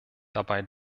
dabei